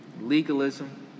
legalism